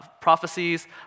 prophecies